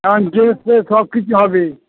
সব কিছ হবে